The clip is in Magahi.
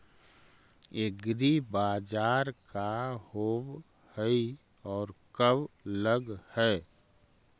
एग्रीबाजार का होब हइ और कब लग है?